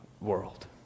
world